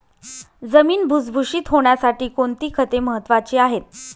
जमीन भुसभुशीत होण्यासाठी कोणती खते महत्वाची आहेत?